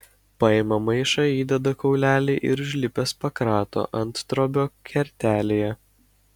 paima maišą įdeda kaulelį ir užlipęs pakrato anttrobio kertelėje